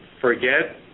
forget